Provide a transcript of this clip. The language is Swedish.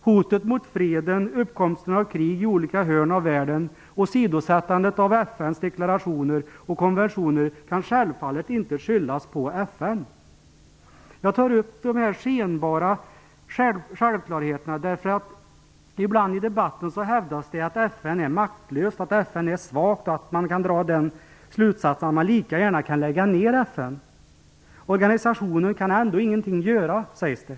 Hotet mot freden, uppkomsten av krig i olika hörn av världen samt åsidosättandet av FN:s deklarationer och konventioner kan självfallet inte skyllas på FN. Jag drar upp dessa skenbara självklarheter därför att det ibland i debatten hävdas att FN är maktlöst, att FN är svagt och att slutsatsen kan dras att man lika gärna kan lägga ner FN. Organisationen kan ändå inget göra, sägs det.